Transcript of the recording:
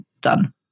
done